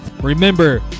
Remember